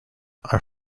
are